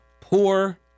poor